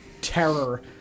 terror